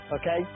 Okay